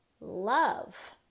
love